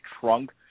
trunk